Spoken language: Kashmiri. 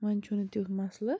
وۄنۍ چھُنہٕ تیٛتھ مَسلہٕ